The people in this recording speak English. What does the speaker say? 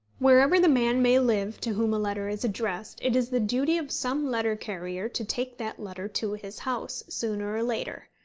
wherever the man may live to whom a letter is addressed, it is the duty of some letter-carrier to take that letter to his house, sooner or later.